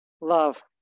love